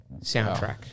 soundtrack